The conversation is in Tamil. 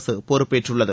அரசு பொறுப்பேற்றுள்ளது